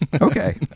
Okay